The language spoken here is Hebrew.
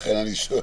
לכן אני שואל,